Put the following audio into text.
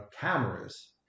cameras